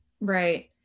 Right